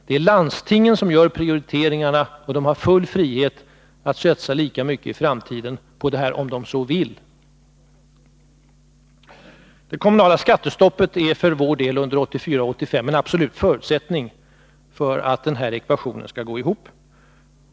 Det är landstingen som gör prioriteringarna, och de har full frihet att satsa lika mycket på det här området i framtiden, om de så vill. Det kommunala skattestoppet under 1984-1985 är för vår del en absolut förutsättning för att den här ekvationen skall gå ihop.